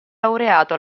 laureato